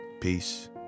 Peace